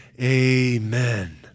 amen